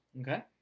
Okay